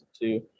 two